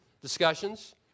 discussions